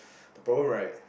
the problem right